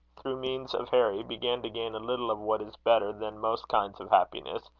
through means of harry, began to gain a little of what is better than most kinds of happiness,